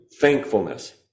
thankfulness